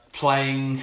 playing